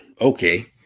okay